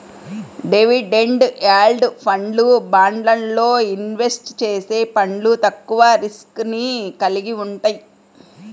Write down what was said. dividend yield ఫండ్లు, బాండ్లల్లో invest చేసే ఫండ్లు తక్కువ రిస్క్ ని కలిగి వుంటయ్యి